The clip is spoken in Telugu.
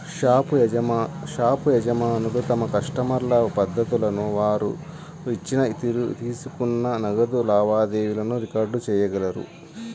షాపు యజమానులు తమ కస్టమర్ల పద్దులను, వారు ఇచ్చిన, తీసుకున్న నగదు లావాదేవీలను రికార్డ్ చేయగలరు